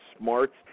smarts